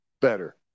better